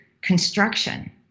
construction